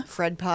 Fred